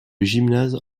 gymnase